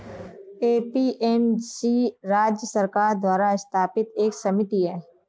APMC राज्य सरकार द्वारा स्थापित एक समिति है